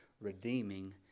redeeming